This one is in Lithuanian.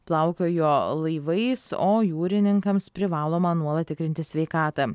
plaukiojo laivais o jūrininkams privaloma nuolat tikrintis sveikatą